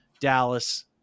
Dallas